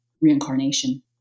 reincarnation